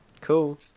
cool